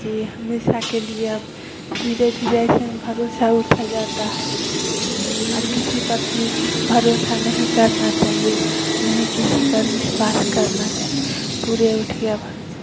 जी हमेशा के लिए अब धीरे धीरे भरोसा उठता जाता है अब किसी पर भी भरोसा नहीं करना चाहिए नहीं किसी पर विश्वास करना चाहिए पुरे उठ गया भरोसा